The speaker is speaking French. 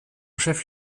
chef